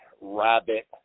rabbit